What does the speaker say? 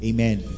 Amen